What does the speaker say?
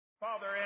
Father